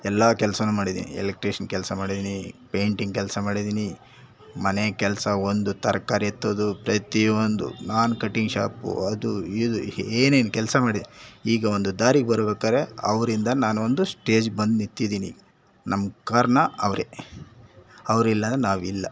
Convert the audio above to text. ಎಲ್ಲ ಕೆಲ್ಸವೂ ಮಾಡಿದ್ದೀನಿ ಎಲೆಕ್ಟ್ರಿಷಿಯನ್ ಕೆಲಸ ಮಾಡಿದ್ದೀನಿ ಪೇಂಟಿಂಗ್ ಕೆಲಸ ಮಾಡಿದ್ದೀನಿ ಮನೆ ಕೆಲಸ ಒಂದು ತರಕಾರಿ ಎತ್ತೋದು ಪ್ರತಿಯೊಂದು ನಾನು ಕಟಿಂಗ್ ಶಾಪು ಅದು ಇದು ಏನೇನು ಕೆಲಸ ಮಾಡಿ ಈಗ ಒಂದು ದಾರಿಗೆ ಬರ್ಬೇಕಾದ್ರೆ ಅವರಿಂದ ನಾನೊಂದು ಸ್ಟೇಜಿಗೆ ಬಂದು ನಿಂತಿದ್ದೀನಿ ನಮ್ಗೆ ಕಾರಣ ಅವರೇ ಅವ್ರು ಇಲ್ಲಂದ್ರೆ ನಾವಿಲ್ಲ